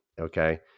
Okay